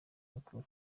mukuru